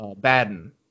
Baden